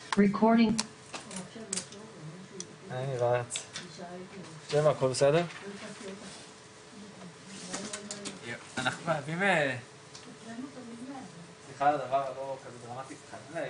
12:55.